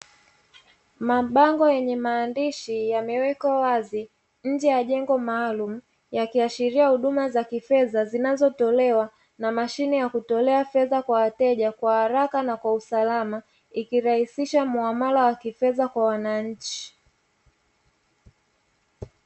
Mabango yenye maandishi yamewekwa wazi nje ya jengo maalumu, yakiashiria huduma za kifedha zinazotolewa na mashine ya kutolea fedha kwa wateja kwa haraka na kwa usalama, ikirahisisha muamala wa kifedha kwa wananchi.